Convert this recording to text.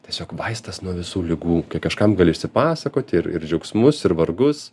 tiesiog vaistas nuo visų ligų kai kažkam gali išsipasakoti ir ir džiaugsmus ir vargus